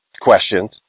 questions